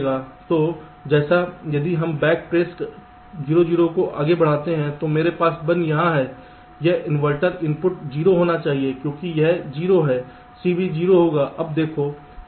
तो जैसे यदि हम बैक ट्रेस 0 0 को आगे बढ़ाते हैं तो मेरे पास 1 यहाँ है यह इन्वर्टर इनपुट 0 होना चाहिए क्योंकि यह 0 है C भी 0 होगा